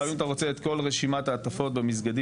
אם אתה רוצה את כל רשימת ההטפות במסגדים,